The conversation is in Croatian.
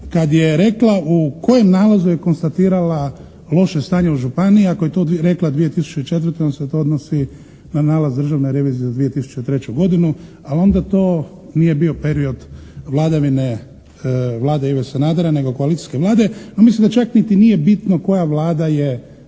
kad je rekla u kojem nalazu je konstatirala loše stanje u županiji. Ako je to rekla 2004. onda se to odnosi na nalaz Državne revizije za 2003. godinu, ali onda to nije bio period vladavine Vlade Ive Sanadera nego koalicijske Vlade, a mislim da čak niti nije bitno koja Vlada je